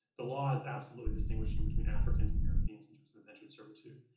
the laws absolutely distinguishing between africans and europeans in terms of indentured servitude.